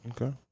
Okay